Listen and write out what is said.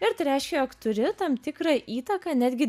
ir tai reiškia jog turi tam tikrą įtaką netgi